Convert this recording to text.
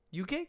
UK